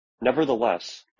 Nevertheless